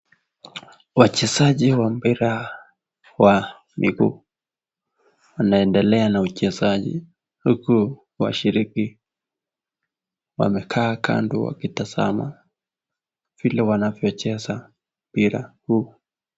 Wachezaji wa mpira wa miguu wanaendelea na uchezaji huu huku washiriki wamekaa kando wakitazama vile wanavyocheza mpira huu.